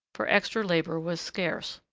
for extra labour was scarce.